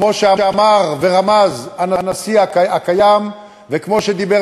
כמו שאמר ורמז הנשיא המכהן וכמו שדיבר